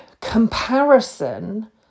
comparison